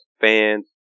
fans